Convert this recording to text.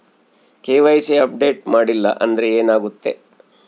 KYC update ಮಾಡಿಲ್ಲ ಅಂದ್ರೆ ಏನಾಗುತ್ತೆ?